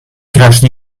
crashed